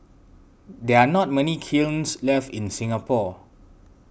there are not many kilns left in Singapore